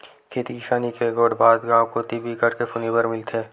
खेती किसानी के गोठ बात गाँव कोती बिकट के सुने बर मिलथे